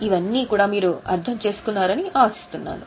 ఇవన్నీ కూడా మీరు అర్థం చేసుకున్నారని ఆశిస్తున్నాను